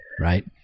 right